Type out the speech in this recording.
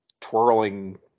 twirling